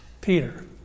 Peter